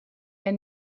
der